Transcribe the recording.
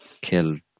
killed